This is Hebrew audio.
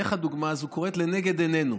איך הדוגמה הזו קורית לנגד עינינו?